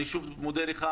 אני שוב מודה לך.